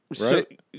Right